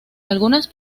algunas